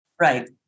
right